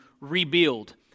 rebuild